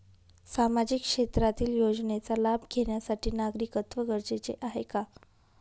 सामाजिक क्षेत्रातील योजनेचा लाभ घेण्यासाठी नागरिकत्व गरजेचे आहे का?